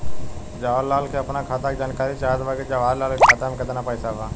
जवाहिर लाल के अपना खाता का जानकारी चाहत बा की जवाहिर लाल के खाता में कितना पैसा बा?